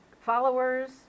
followers